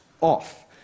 off